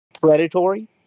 predatory